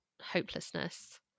hopelessness